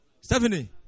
Stephanie